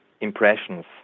impressions